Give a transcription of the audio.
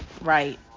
right